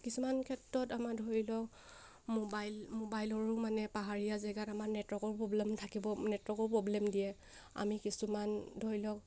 কিছুমান ক্ষেত্ৰত আমাৰ ধৰি লওক মোবাইল মোবাইলৰো মানে পাহাৰীয়া জেগাত আমাৰ নেটৱৰ্কৰ প্ৰব্লেম থাকিব নেটৱৰ্কৰ প্ৰব্লেম দিয়ে আমি কিছুমান ধৰি লওক